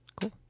Cool